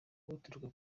uturuka